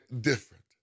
different